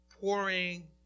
pouring